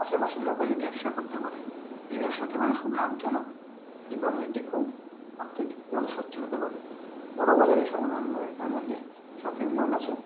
আশেপাশের লোকালে ব্যবসা করতে পারে এই আশাতে মানুষ খুব লাভজনক এবং এটি খুব আর্থিক দিক থেক মানুষ সচ্ছলতা পাবে বড়বাজারের সংলগ্ন একালার মধ্যে শপিং মল আছে